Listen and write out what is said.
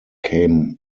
came